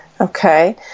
Okay